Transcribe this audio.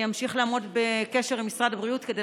אני אמשיך לעמוד בקשר עם משרד הבריאות כדי